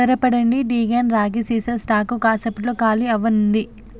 త్వరపడండి డీక్యాన్ రాగి సీసా స్టాకు కాసేపట్లో ఖాళీ అవ్వనుంది